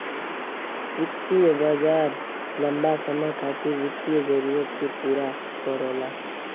वित्तीय बाजार लम्बा समय के खातिर वित्तीय जरूरत के पूरा करला